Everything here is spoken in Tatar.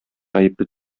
гаепле